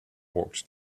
walked